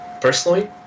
personally